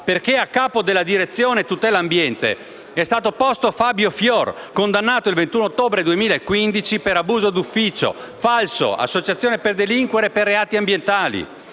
perché a capo della direzione tutela ambiente è stato posto Fabio Fior, condannato il 21 ottobre 2015 per abuso d'ufficio, falso, associazione per delinquere per reati ambientali